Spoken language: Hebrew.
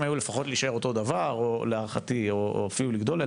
להישאר לפחות אותו דבר או אפילו לגדול,